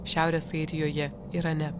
šiaurės airijoje irane